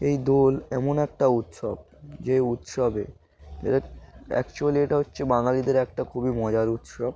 এই দোল এমন একটা উৎসব যে উৎসবে এ অ্যাকচুয়ালি এটা হচ্ছে বাঙালিদের একটা খুবই মজার উৎসব